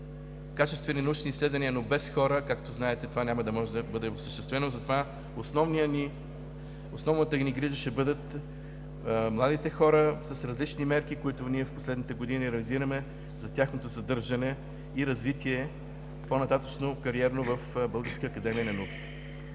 качествени научни изследвания, но без хора, както знаете – това няма да може да бъде осъществено. За това основната ни грижа ще бъдат младите хора с различни мерки, които ние в последните години реализираме за тяхното задържане и по-нататъшно кариерно развитие в Българската академия на науките.